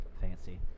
Fancy